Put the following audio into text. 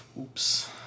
Oops